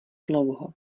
dlouho